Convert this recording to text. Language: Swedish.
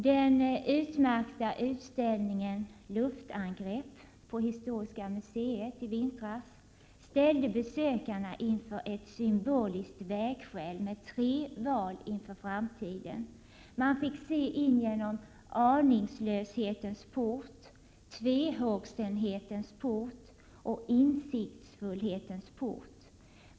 Den utmärkta utställningen ”Luftangrepp” på Historiska museet i vintras ställde besökaren inför ett symboliskt vägskäl med tre val inför framtiden. Man fick se in genom aningslöshetens port, tvehågsenhetens port och insiktsfullhetens port.